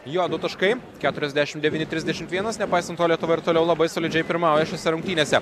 jo du taškai keturiasdešimt devyni trisdešimt vienas nepaisant to lietuva ir toliau labai solidžiai pirmauja šiose rungtynėse